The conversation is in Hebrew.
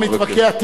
טיבי יאמר.